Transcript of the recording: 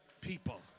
people